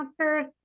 answers